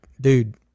dude